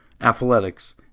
athletics